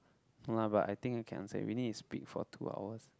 no lah but I think I can answer it we need to speak for two hours